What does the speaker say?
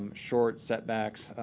and short setbacks,